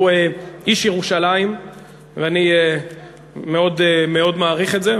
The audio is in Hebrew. הוא איש ירושלים ואני מאוד מעריך את זה.